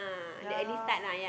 ya lor